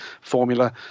formula